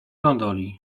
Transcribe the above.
gondoli